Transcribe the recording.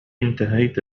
انتهيت